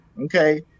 Okay